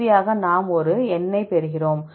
இறுதியாக நாம் ஒரு எண்ணைப் பெறுகிறோம்